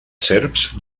serps